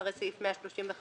אחרי סעיף 135ה